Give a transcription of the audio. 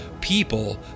people